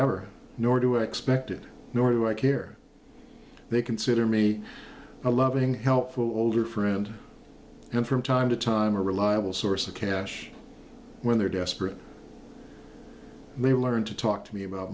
ever nor do i expect it nor do i care they consider me a loving helpful older friend and from time to time a reliable source of cash when they're desperate they learn to talk to me about